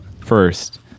first